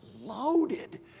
loaded